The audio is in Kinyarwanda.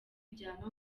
byaba